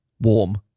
Warm